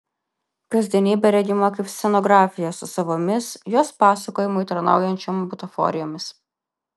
kasdienybė regima kaip scenografija su savomis jos pasakojimui tarnaujančiom butaforijomis